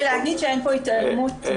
להגיד שאין פה התעלמות --- התעלמות מוחלטת.